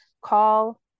Call